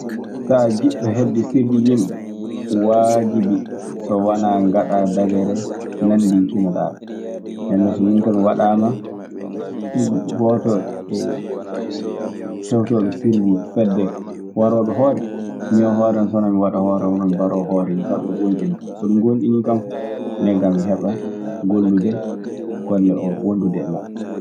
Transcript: Sa a jiɗɗo hedde sirri yimɓe, waajibi so wanaa ngaɗaa dabere nanndinkino ɗaa ɗum. Ndenno so minkaa mi waɗaama, um gooto tewtooɓe sirri fedde warooɓe hoore. Min e hoore so wanaa mi waɗa hooram hono mi baroowo hoore nii, faa ɓe gonɗinakam. So ɓe ngonɗiniikam fuu ndennkaa mi heɓa gollida golle oo wondude e maɓɓe.